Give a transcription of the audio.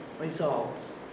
results